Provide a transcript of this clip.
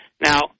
Now